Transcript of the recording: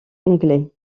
anglais